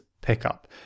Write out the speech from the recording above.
pickup